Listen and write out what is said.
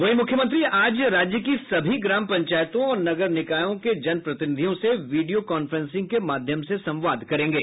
वहीं मुख्यमंत्री आज राज्य की सभी ग्राम पंचायतों और नगर निकायों के जन प्रतिनिधियों से वीडियो कांफ्रेंसिंग के माध्यम से संवाद करेंगे